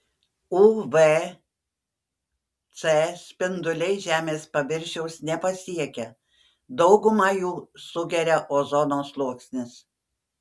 uv c spinduliai žemės paviršiaus nepasiekia daugumą jų sugeria ozono sluoksnis